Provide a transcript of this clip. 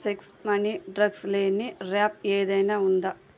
sex money drugs లేని rap ఏదైనా ఉందా